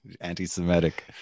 anti-Semitic